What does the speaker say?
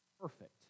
Perfect